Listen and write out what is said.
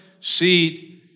seat